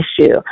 issue